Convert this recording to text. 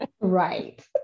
Right